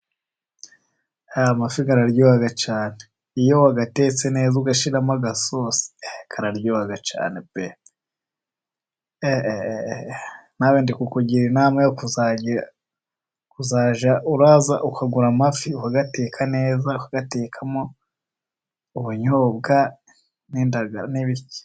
Hari amafi araryoha cyane iyo wayatetse neza ugashyiramo agasosi kararyoga cyane pe! Nawe ndikukugira inama yo kujya uraza ukagura amafi ukayateka neza ukayatekamo ubunyobwa n'indagara n'ibi....